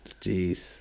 Jeez